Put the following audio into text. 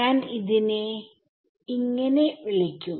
ഞാൻ ഇതിനെ എന്ന് വിളിക്കും